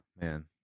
Man